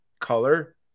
color